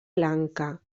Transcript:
lanka